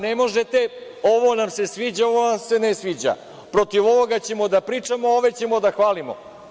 Ne možete – ovo nam se sviđa, ovo nam se ne sviđa, protiv ovoga ćemo da pričamo, a ove ćemo da hvalimo.